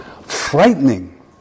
frightening